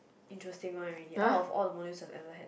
interesting one already out of all the modules I've ever had